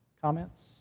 comments